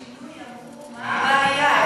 השינוי, ואמרו: מה הבעיה?